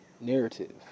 narrative